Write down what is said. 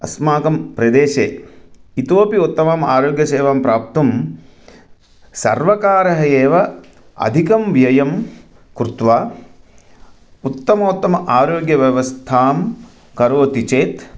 अस्माकं प्रदेशे इतोऽपि उत्तमम् आरोग्यसेवां प्राप्तुं सर्वकारः एव अधिकं व्ययं कृत्वा उत्तमोत्तमम् आरोग्यव्यवस्थां करोति चेत्